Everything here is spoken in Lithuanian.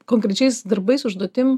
konkrečiais darbais užduotim